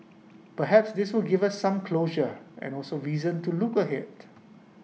perhaps this will give us some closure and also reason to look ahead